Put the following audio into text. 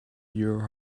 your